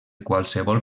qualsevol